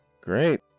Great